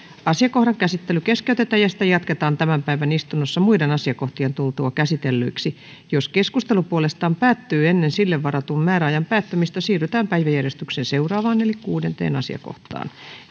asiakohdan käsittely keskeytetään ja sitä jatketaan tämän päivän istunnossa muiden asiakohtien tultua käsitellyiksi jos keskustelu puolestaan päättyy ennen sille varatun määräajan päättymistä siirrytään päiväjärjestyksen seuraavaan eli kuudenteen asiakohtaan